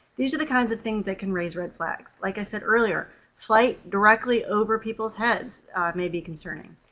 these are the kinds of things that can raise red flags. like i said earlier, flight directly over people's heads may be concerning.